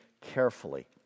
carefully